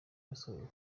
yasojwe